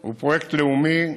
הוא פרויקט לאומי,